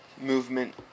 Movement